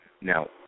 now